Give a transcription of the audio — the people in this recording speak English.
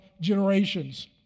generations